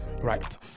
right